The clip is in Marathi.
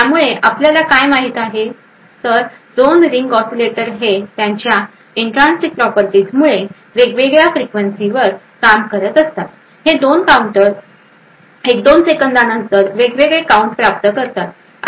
त्यामुळे आपल्याला काय माहीत आहे 2 रिंग ऑसीलेटर हे त्यांच्या इंट्रान्सिक प्रॉपर्टीज मुळे वेगवेगळ्या फ्रिक्वेन्सी वर काम करत असतातहे दोन काऊंटर 1 2 सेकंदानंतर वेगवेगळे काऊंट प्राप्त करतात